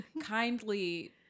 kindly